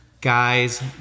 guys